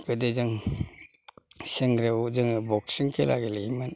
गोदो जों सेंग्रायाव जोङो बक्सिं खेला गेलेयोमोन